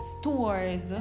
stores